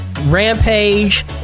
rampage